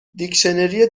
دیکشنری